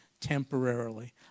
temporarily